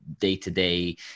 day-to-day